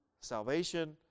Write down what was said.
salvation